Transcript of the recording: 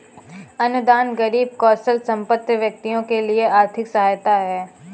अनुदान गरीब कौशलसंपन्न व्यक्तियों के लिए आर्थिक सहायता है